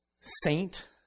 saint